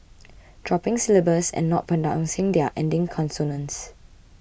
dropping syllables and not pronouncing their ending consonants